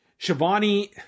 Shivani